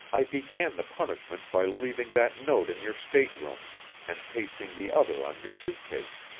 i began the punishment by leaving that note in your stateroom and pasting the other on your suit case,